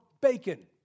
bacon